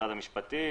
משרד המשפטים,